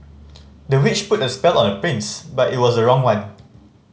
the witch put a spell on the prince but it was the wrong one